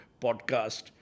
podcast